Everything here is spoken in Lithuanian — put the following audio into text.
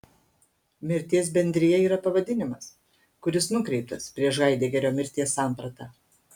mirties bendrija yra pavadinimas kuris nukreiptas prieš haidegerio mirties sampratą